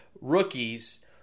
rookies